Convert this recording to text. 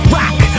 rock